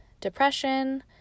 depression